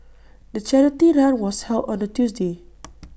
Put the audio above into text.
the charity run was held on A Tuesday